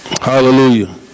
Hallelujah